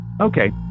Okay